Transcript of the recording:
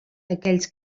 aquells